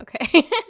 Okay